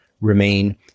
remain